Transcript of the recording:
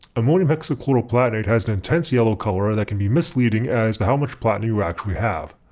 ammonium hexachloroplatinate has an intense yellow color that can be misleading as to how much platinum you actually have.